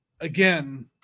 Again